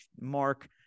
mark